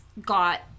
got